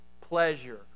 pleasure